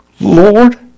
Lord